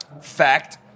fact